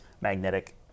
magnetic